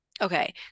Okay